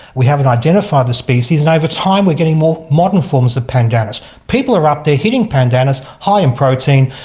we haven't identified the species, and over time we're getting more modern forms of pandanus. people are up there hitting pandanus, high in protein,